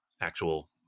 actual